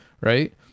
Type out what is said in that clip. Right